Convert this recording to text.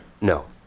No